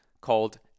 called